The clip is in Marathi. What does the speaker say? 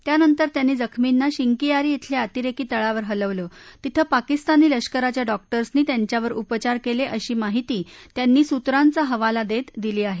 त्यानस्ति त्यास्ति जखमींना शिक्षीयारी खेल्या अतिरेकी तळावर हलवलाप्तिथप्तिकिस्तानी लष्कराच्या डॉक्टर्सनी त्याच्यावर उपचार केले अशी माहिती त्याप्तीसूत्राप्त हवाला देत दिली आहे